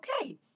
okay